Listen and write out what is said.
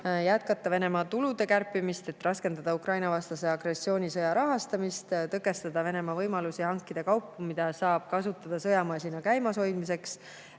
jätkata Venemaa tulude kärpimist, et raskendada Ukraina-vastase agressioonisõja rahastamist, tõkestada Venemaa võimalusi hankida kaupu, mida saab kasutada sõjamasina käimas hoidmiseks